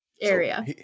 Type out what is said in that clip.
area